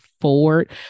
forward